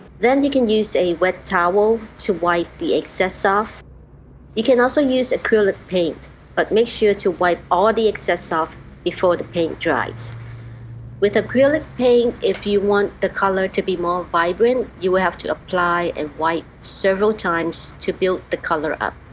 then you can use a wet towel to wipe the excess off you can also use acrylic paint but make sure to wipe all the excess off before the paint dries with acrylic paint if you want the color to be more vibrant you will have to apply and wipe several times to build the color up